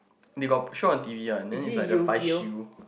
they got put show on T_V one then is like the five shield